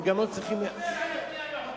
הוא לא דיבר על בנייה לא חוקית,